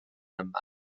yma